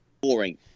boring